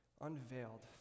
unveiled